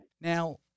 Now